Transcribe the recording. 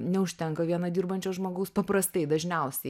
neužtenka vieno dirbančio žmogaus paprastai dažniausiai